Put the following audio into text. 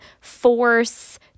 force